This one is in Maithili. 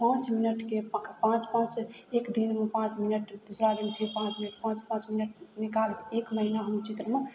पाँच मिनटके पाँच पाँचसँ एक दिनमे पाँच मिनट दुसरा दिन फेर पाँच मिनट पाँच पाँच मिनट एक महीना हम चित्रमे